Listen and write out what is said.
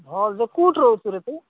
ଭଲ ଯେ କେଉଁଠି ରହୁଛୁରେ ତୁ